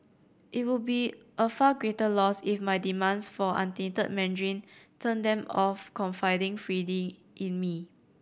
it would be a far greater loss if my demands for untainted Mandarin turned them off confiding freely in me